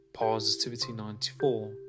Positivity94